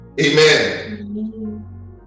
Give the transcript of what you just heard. Amen